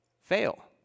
fail